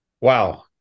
Wow